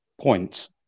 points